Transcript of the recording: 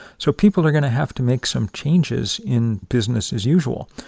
so people are going to have to make some changes in business as usual.